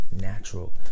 natural